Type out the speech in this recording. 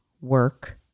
work